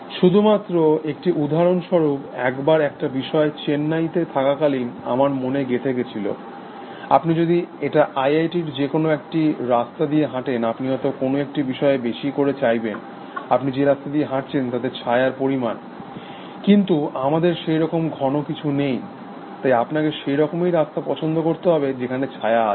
শুধুমাত্র একটা উদারহণস্বরূপ একবার একটা বিষয় চেন্নাইতে থাকা কালীন আমার মনে গেঁথে গেছিল আপনি যদি একা আইআইটির যে কোনো একটা রাস্তা দিয়ে হাঁটেন আপনি হয়ত কোনো একটা বিষয় বেশি করে চাইবেন আপনি যে রাস্তা দিয়ে হাঁটছেন তাতে ছায়ার পরিমাণ কিন্তু আমাদের সেই রকম ঘন কিছু নেই তাই আপনাকে সেই রকমেরই রাস্তা পছন্দ করতে হবে যেখানে ছায়া আছে